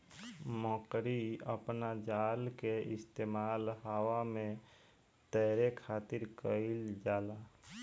मकड़ी अपना जाल के इस्तेमाल हवा में तैरे खातिर कईल जाला